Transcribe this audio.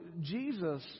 Jesus